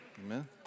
amen